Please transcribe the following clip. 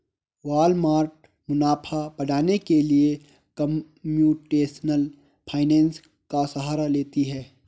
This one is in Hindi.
वालमार्ट मुनाफा बढ़ाने के लिए कंप्यूटेशनल फाइनेंस का सहारा लेती है